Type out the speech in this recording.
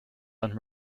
and